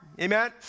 Amen